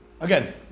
Again